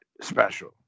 special